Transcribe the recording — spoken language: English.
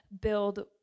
build